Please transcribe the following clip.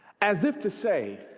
as if to say